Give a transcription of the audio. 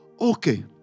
okay